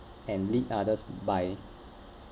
and lead others by